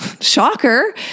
Shocker